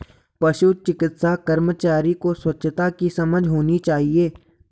पशु चिकित्सा कर्मचारी को स्वच्छता की समझ होनी चाहिए